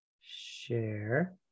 Share